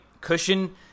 cushion